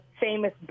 famous